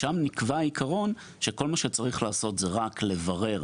שם נקבע עיקרון, שכל מה שצריך לעשות זה רק לברר